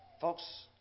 Folks